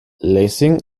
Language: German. lessing